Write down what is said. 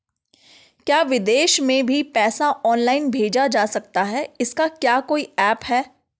क्या विदेश में भी पैसा ऑनलाइन भेजा जा सकता है इसका क्या कोई ऐप है?